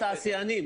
התעשיינים.